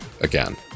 again